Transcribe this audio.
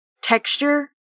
texture